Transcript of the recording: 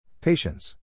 Patience